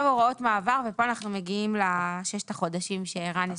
עכשיו הוראות מעבר ופה אנחנו מגיעים לששת החודשים שערן הזכיר.